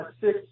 six